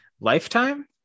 Lifetime